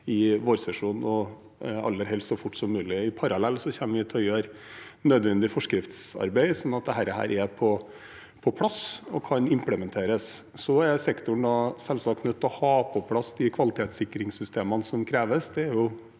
i vårsesjonen, og aller helst så fort som mulig. Parallelt kommer vi til å gjøre nødvendig forskriftsarbeid, slik at dette er på plass og kan implementeres. Sektoren er selvsagt nødt til å ha på plass de kvalitetssikringssystemene som kreves